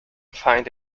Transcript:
find